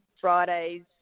Fridays